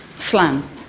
SLAM